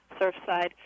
Surfside